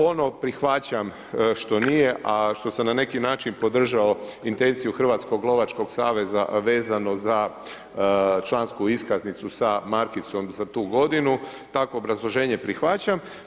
Ono prihvaćam što nije a što sam na neki način podržao intenciju Hrvatskog lovačkog saveza vezano za člansku iskaznicu sa markicom za tu godinu, takvo obrazloženje prihvaćam.